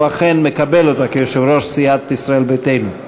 והוא אכן מקבל אותה כיושב-ראש סיעת ישראל ביתנו.